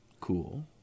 Cool